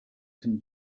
can